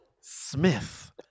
Smith